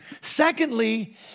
Secondly